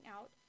out